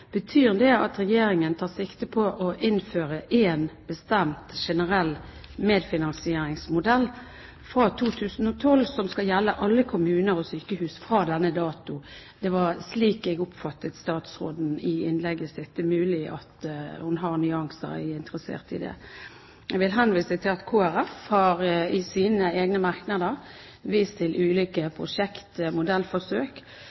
Betyr det at Regjeringen tar sikte på å innføre én bestemt generell medfinansieringsmodell fra 2012, som skal gjelde alle kommuner og sykehus fra denne dato? Det var slik jeg oppfattet statsrådens innlegg. Det er mulig hun har nyanser – jeg er interessert i det. Jeg vil henvise til at Kristelig Folkeparti i sine egne merknader har vist til ulike